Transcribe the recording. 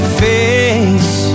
face